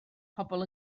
pobl